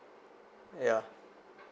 yeah